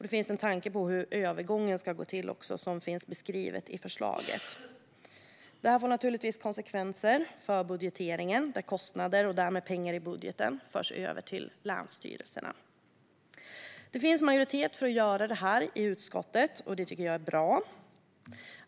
Det finns en tanke om hur övergången ska gå till beskriven i förslaget. Det här får naturligtvis konsekvenser för budgeteringen, då kostnader och därmed pengar i budgeten förs över till länsstyrelserna. Det finns en majoritet för förslaget i utskottet, och det tycker jag är bra.